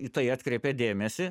į tai atkreipia dėmesį